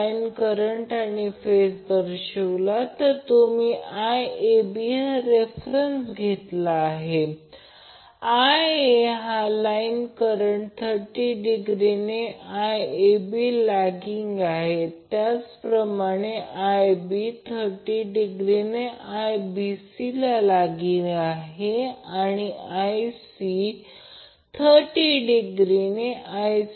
तर जर फेजर आकृती काढली तर हा IAB आहे हा IBC आहे हा ICA आहे हा फेज करंट आहे आणि जेव्हा Ia हा फेज करंटपासून 30o ने लॅगिंग आहे म्हणूनच हे Ia 30o आहे नंतर Ib 30° नंतर Ic